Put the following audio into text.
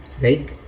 right